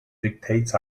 dictates